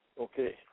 Okay